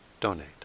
donate